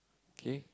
K